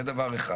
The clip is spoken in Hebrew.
זה דבר אחד.